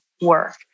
work